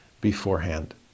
beforehand